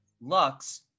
Lux